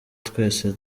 twese